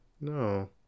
no